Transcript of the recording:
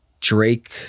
Drake